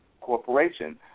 Corporation